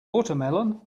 watermelon